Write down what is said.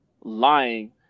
lying